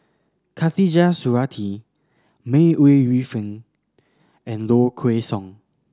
Khatijah Surattee May Ooi Yu Fen and Low Kway Song